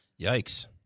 Yikes